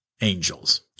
angels